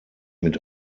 mit